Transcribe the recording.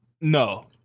No